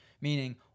meaning –